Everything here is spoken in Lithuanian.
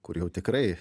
kur jau tikrai